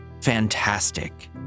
fantastic